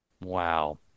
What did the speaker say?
Wow